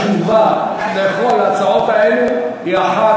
התשובה על כל ההצעות האלו היא אחת,